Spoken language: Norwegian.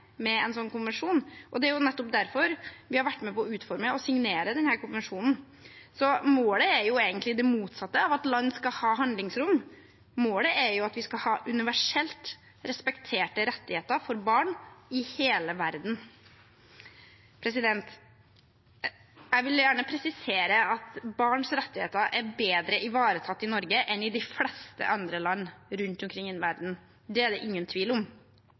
med en sånn konvensjon. Det er nettopp derfor vi har vært med på å utforme og signere denne konvensjonen. Så målet er egentlig det motsatte av at land skal ha handlingsrom, målet er at vi skal ha universelt respekterte rettigheter for barn i hele verden. Jeg vil gjerne presisere at barns rettigheter er bedre ivaretatt i Norge enn i de fleste andre land rundt omkring i verden. Det er det ingen tvil om.